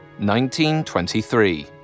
1923